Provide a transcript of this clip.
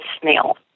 snail